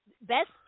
best